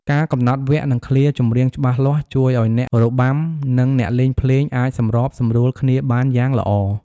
ការកំណត់វគ្គ និងឃ្លាចម្រៀងច្បាស់លាស់ ជួយឱ្យអ្នករបាំ និងអ្នកលេងភ្លេងអាចសម្របសម្រួលគ្នាបានយ៉ាងល្អ។